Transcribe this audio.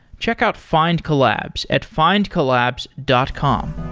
check out findcollabs at findcollabs dot com